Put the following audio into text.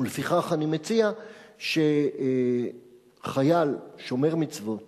ולפיכך אני מציע שחייל שומר מצוות